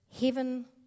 Heaven